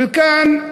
וכאן,